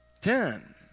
Ten